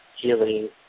healing